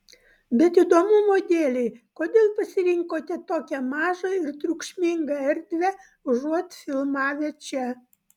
bet įdomumo dėlei kodėl pasirinkote tokią mažą ir triukšmingą erdvę užuot filmavę čia